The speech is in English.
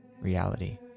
reality